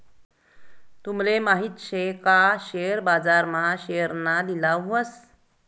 तूमले माहित शे का शेअर बाजार मा शेअरना लिलाव व्हस